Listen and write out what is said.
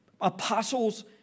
apostles